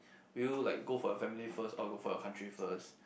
will you like go for your family first or go for your country first